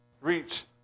reach